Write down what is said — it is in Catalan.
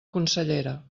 consellera